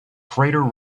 crater